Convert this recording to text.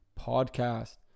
Podcast